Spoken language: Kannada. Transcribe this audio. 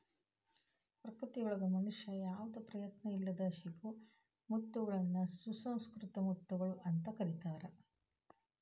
ಪ್ರಕೃತಿಯೊಳಗ ಮನುಷ್ಯನ ಯಾವದ ಪ್ರಯತ್ನ ಇಲ್ಲದ್ ಸಿಗೋ ಮುತ್ತಗಳನ್ನ ಸುಸಂಕೃತ ಮುತ್ತುಗಳು ಅಂತ ಕರೇತಾರ